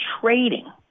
trading